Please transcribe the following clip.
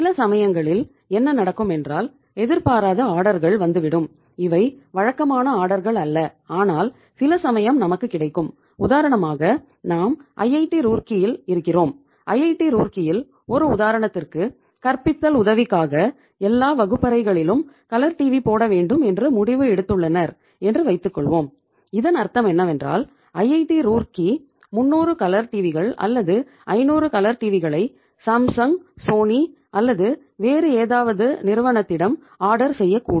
சில சமயங்களில் என்ன நடக்கும் என்றால் எதிர்பாராத ஆடர்கள் செய்யக்கூடும்